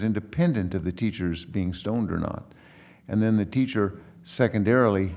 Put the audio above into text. independent of the teachers being stoned or not and then the teacher secondarily